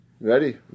Ready